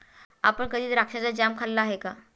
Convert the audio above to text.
आपण कधी द्राक्षाचा जॅम खाल्ला आहे का?